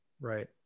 Right